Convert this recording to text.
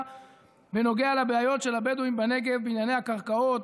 בנוגע לבעיות של הבדואים בנגב בענייני הקרקעות,